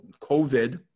COVID